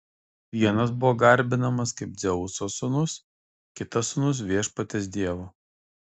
vienas buvo garbinamas kaip dzeuso sūnus kitas sūnus viešpaties dievo